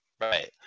right